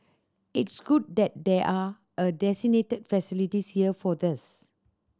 it's good that there are a designated facilities here for this